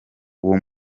uwo